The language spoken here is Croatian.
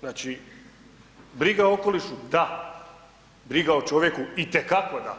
Znači briga o okolišu da, briga o čovjeku itekako da,